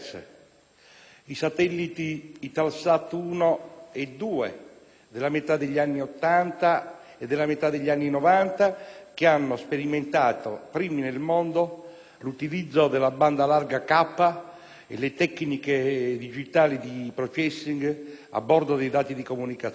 i satelliti «Italsat 1» e «Italsat 2» della metà degli anni Ottanta e della metà degli anni Novanta, che hanno sperimentato - primi nel mondo - l'utilizzo della banda larga K e le tecniche digitali di *processing* a bordo dei dati di comunicazione;